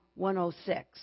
106